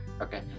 Okay